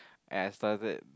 and I start it